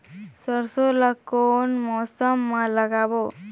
सरसो ला कोन मौसम मा लागबो?